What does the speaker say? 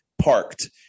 parked